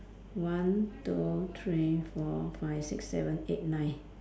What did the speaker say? one two three four five six seven eight nine